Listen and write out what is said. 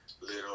little